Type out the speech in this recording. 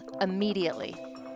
immediately